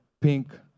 pink